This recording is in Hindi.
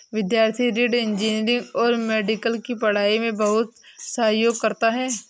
विद्यार्थी ऋण इंजीनियरिंग और मेडिकल की पढ़ाई में बहुत सहयोग करता है